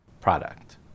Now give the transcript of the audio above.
product